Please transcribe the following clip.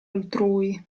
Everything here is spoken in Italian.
altrui